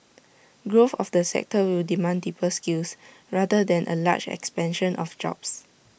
growth of the sector will demand deeper skills rather than A large expansion of jobs